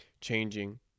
changing